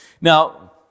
Now